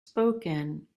spoken